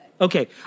Okay